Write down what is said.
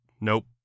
nope